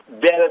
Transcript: better